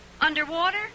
Underwater